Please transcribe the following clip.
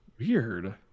Weird